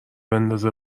بندازه